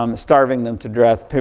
um starving them to death,